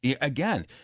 Again